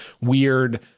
weird